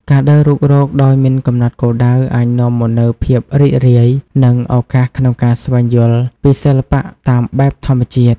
ការដើររុករកដោយមិនកំណត់គោលដៅ អាចនាំមកនូវភាពរីករាយ និងឱកាសក្នុងការស្វែងយល់ពីសិល្បៈតាមបែបធម្មជាតិ។